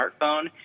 smartphone